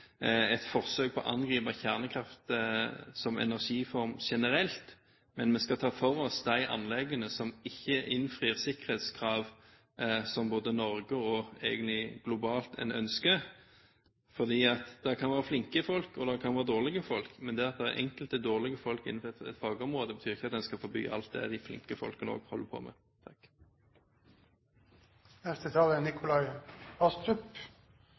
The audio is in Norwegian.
å angripe kjernekraft som energiform generelt. Vi skal ta for oss de anleggene som ikke innfrir de sikkerhetskrav en ønsker både i Norge og globalt. Det kan være flinke folk, og det kan være dårlige folk, men det at det er enkelte dårlige folk innenfor et fagområde, betyr ikke at en også skal forby alt det de flinke folkene holder på med.